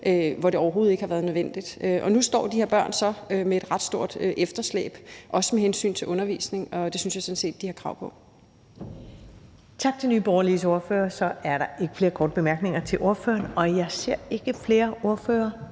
hvor det overhovedet ikke har været nødvendigt. Nu står de her børn så med et ret stort efterslæb, også med hensyn til undervisning. Den undervisning synes jeg sådan set de har krav på.